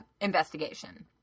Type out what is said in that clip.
investigation